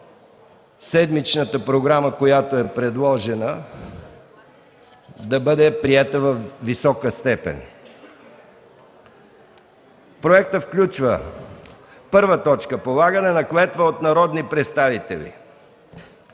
седмичната програма, която е предложена, да бъде приета във висока степен. Проектът включва: 1. Полагане на клетва от народни представители.